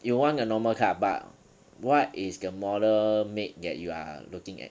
you want a normal car but what is the model make that you are looking at